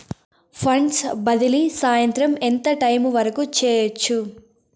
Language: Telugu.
ఫండ్స్ బదిలీ సాయంత్రం ఎంత టైము వరకు చేయొచ్చు